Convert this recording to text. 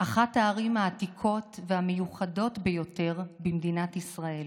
אחת הערים העתיקות והמיוחדות ביותר במדינת ישראל.